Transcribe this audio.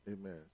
Amen